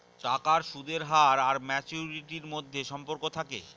টাকার সুদের হার আর ম্যাচুরিটির মধ্যে সম্পর্ক থাকে